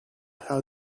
how